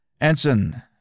Ensign